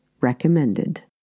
recommended